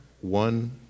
one